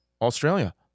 Australia